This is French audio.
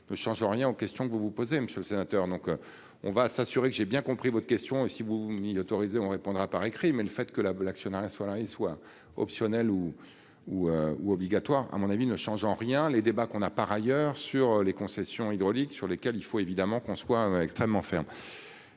ne change rien aux questions que vous vous posez, monsieur le sénateur, donc on va s'assurer que j'ai bien compris votre question et si vous m'y autorisez, on répondra par écrit, mais le fait que la l'actionnariat salarié soit optionnel ou ou ou obligatoire, à mon avis, ne change en rien les débats qu'on a par ailleurs sur les concessions hydrauliques sur lesquels il faut évidemment qu'on soit extrêmement ferme.